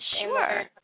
Sure